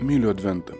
myliu adventą